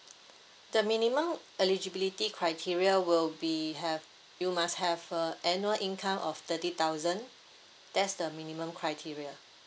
the minimum eligibility criteria will be have you must have a annual income of thirty thousand that's the minimum criteria